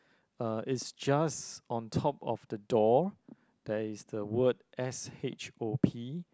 uh it's just on top of the door there is the word S H O P